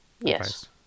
yes